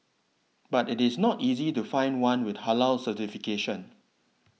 but it is not easy to find one with Halal certification